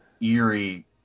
eerie